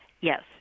yes